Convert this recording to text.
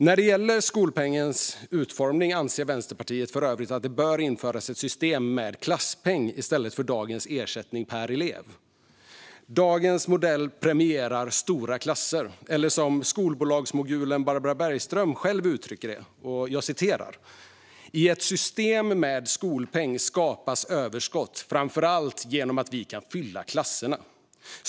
När det gäller skolpengens utformning anser Vänsterpartiet för övrigt att det bör införas ett system med klasspeng i stället för dagens ersättning per elev. Dagens modell premierar stora klasser, eller som skolbolagsmogulen Barbara Bergström själv uttrycker det: I ett system med skolpeng skapas överskott framför allt genom att vi kan fylla klasserna.